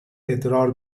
ادرار